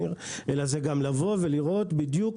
שניר אלא זה גם לבוא ולראות בדיוק,